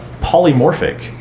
polymorphic